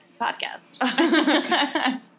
Podcast